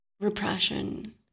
repression